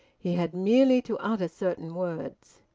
he had merely to utter certain words.